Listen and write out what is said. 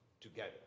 together